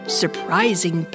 surprising